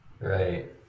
right